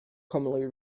commonly